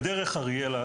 ב"דרך אריאלה",